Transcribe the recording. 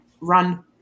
run